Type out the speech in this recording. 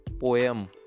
poem